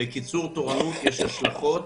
לקיצור תורנות יש השלכות.